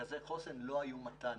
מרכזי חוסן לא היו מת"נים.